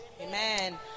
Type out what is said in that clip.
Amen